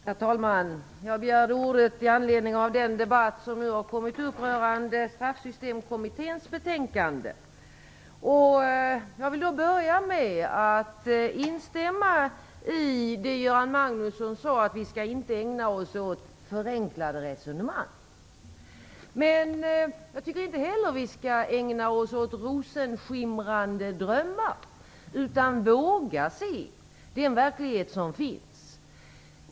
Herr talman! Jag begärde ordet med anledning av den debatt som nu har kommmit upp rörande Straffsystemkommitténs betänkande. Jag vill börja med att instämma i det som Göran Magnusson sade om att vi inte skall ägna oss åt förenklade resonemang. Men jag tycker inte heller att vi skall ägna oss åt rosenskimrande drömmar utan våga se den verklighet som finns.